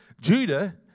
Judah